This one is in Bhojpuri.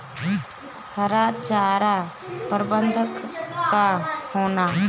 हरा चारा प्रबंधन का होला?